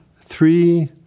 Three